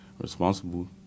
responsible